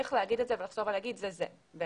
צריך להגיד ולחזור ולהגיד זה זה.